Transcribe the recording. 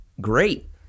great